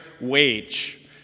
wage